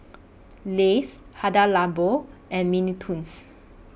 Lays Hada Labo and Mini Toons